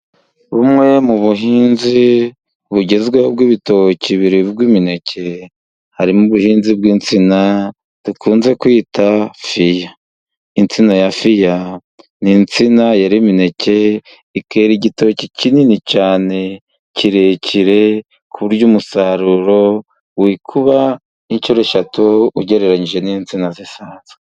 Bumwe mu buhinzi bugezweho bw'ibitoki biribwa imineke, harimo ubuhinzi bw'insina dukunze kwita fiya. Insina ya fiya ni insina yera imineke ikera igitoki kinini cyane kirekire, ku buryo umusaruro wikuba inshuro eshatu, ugereranyije n'insina zisanzwe.